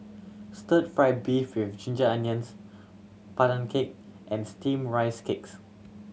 Stir Fry beef with ginger onions Pandan Cake and Steamed Rice Cake